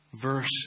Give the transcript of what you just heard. Verse